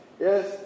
Yes